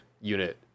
unit